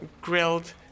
grilled